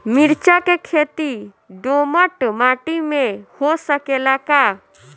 मिर्चा के खेती दोमट माटी में हो सकेला का?